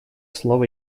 слово